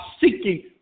seeking